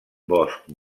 bosc